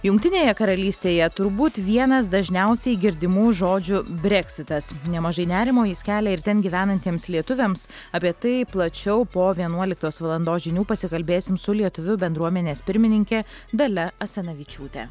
jungtinėje karalystėje turbūt vienas dažniausiai girdimų žodžių breksitas nemažai nerimo jis kelia ir ten gyvenantiems lietuviams apie tai plačiau po vienuoliktos valandos žinių pasikalbėsim su lietuvių bendruomenės pirmininke dalia asanavičiūte